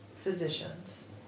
physicians